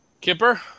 Kipper